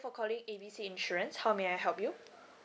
for calling A B C insurance how may I help you